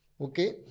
Okay